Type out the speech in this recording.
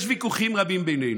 יש ויכוחים רבים בינינו.